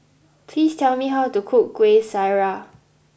please tell me how to cook Kuih Syara